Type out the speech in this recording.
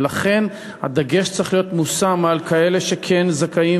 ולכן הדגש צריך להיות מושם על כאלה שכן זכאים